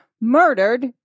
murdered